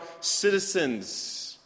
citizens